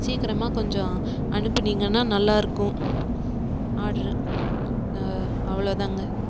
சீக்கிரமாக கொஞ்சம் அனுப்புனீங்கன்னால் நல்லாயிருக்கும் ஆர்டரு அவ்வளோ தாங்க